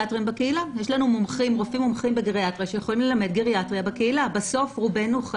יש לנו רופאים מומחים בגריאטריה שיכולים ללמד גריאטריה בקהילה.